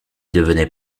devenait